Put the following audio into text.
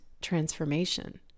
transformation